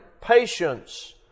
patience